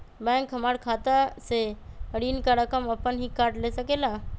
Bank हमार खाता से ऋण का रकम अपन हीं काट ले सकेला?